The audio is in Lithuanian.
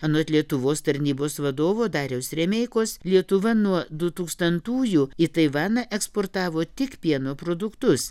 anot lietuvos tarnybos vadovo dariaus remeikos lietuva nuo du tūkstantųjų į taivaną eksportavo tik pieno produktus